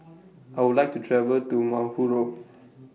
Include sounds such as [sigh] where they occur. I Would like to travel to [unintelligible]